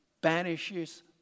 banishes